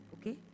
okay